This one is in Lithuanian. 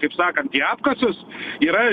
kaip sakant į apkasus yra